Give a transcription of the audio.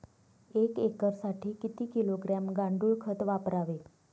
एक एकरसाठी किती किलोग्रॅम गांडूळ खत वापरावे?